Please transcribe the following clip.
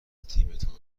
تیمتان